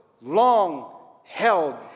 long-held